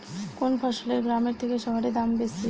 কোন ফসলের গ্রামের থেকে শহরে দাম বেশি?